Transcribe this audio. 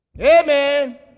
Amen